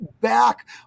back